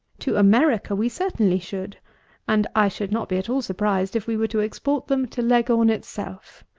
to america we certainly should and i should not be at all surprised if we were to export them to leghorn itself.